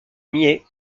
mie